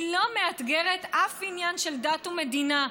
היא לא מאתגרת אף עניין של דת ומדינה,